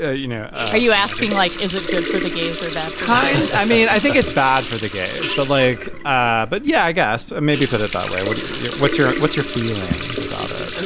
ah you know? are you asking, like, is it good for the gays or bad kind? i mean, i think it's bad for the gays, but like ah but, yeah, i guess maybe put it that way. what what's your what's your feelings about ah it? and